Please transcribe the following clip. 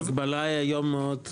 ההגבלה היום מאוד קטנה.